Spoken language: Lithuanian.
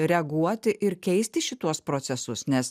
reaguoti ir keisti šituos procesus nes